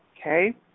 okay